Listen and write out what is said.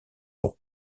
pour